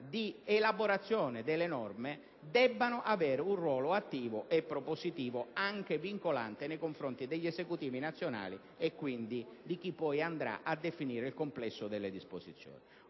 di elaborazione delle norme, debbano avere un ruolo attivo e propositivo, anche vincolante, nei confronti degli Esecutivi nazionali e di chi, quindi, andrà poi a definire il complesso delle disposizioni.